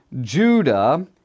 Judah